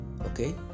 okay